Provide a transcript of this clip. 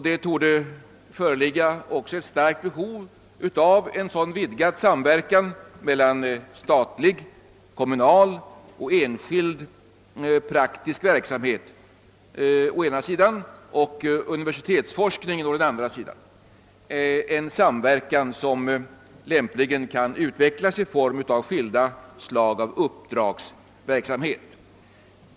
Det torde föreligga ett stort behov av en sådan vidgad samverkan emellan statlig, kommunal och enskild praktisk verksamhet å ena sidan och universitetsforskningen å den andra, en samverkan som lämpligen kan utvecklas genom skilda slag av uppdragsverksamhet.